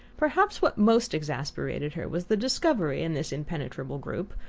perhaps what most exasperated her was the discovery, in this impenetrable group,